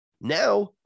now